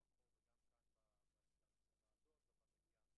גם ברחוב וגם כאן בוועדות ובמליאה.